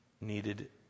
needed